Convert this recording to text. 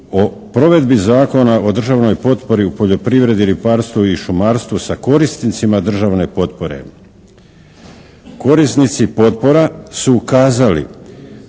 o provedbi Zakona o državnoj potpori u poljoprivredi, ribarstvu i šumarstvu sa korisnicima državne potpore. Korisnica potpora su ukazali